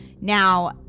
Now